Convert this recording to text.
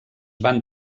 van